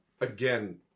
Again